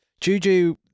Juju